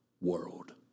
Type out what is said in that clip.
world